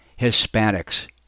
Hispanics